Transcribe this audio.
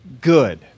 good